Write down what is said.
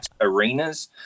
arenas